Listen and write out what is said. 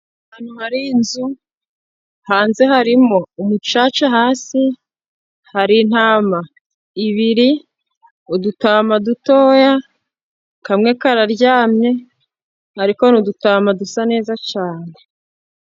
Ahantu hari inzu, hanze harimo umucaca hasi, hari intama ebyiri, udutama dutoya kamwe kararyamye ariko n'udutama dusa neza cyane.